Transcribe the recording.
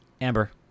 Amber